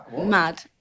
mad